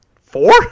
four